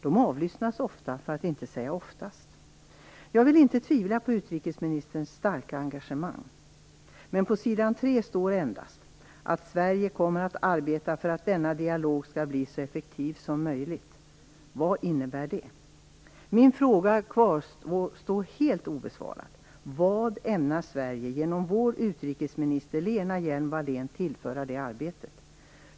De avlyssnas ofta, för att inte säga oftast. Jag vill inte tvivla på utrikesministerns starka engagemang, men på s. 3 i svaret står endast att Sverige kommer att arbeta för att denna dialog skall bli så effektiv som möjligt. Vad innebär det? Min fråga kvarstår helt obesvarad. Vad ämnar Sverige genom vår utrikesminister Lena Hjelm-Wallén tillföra det arbetet?